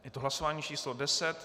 Je to hlasování číslo 10.